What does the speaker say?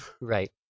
Right